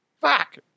Fuck